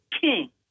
King